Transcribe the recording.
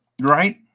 right